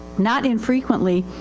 not infrequently,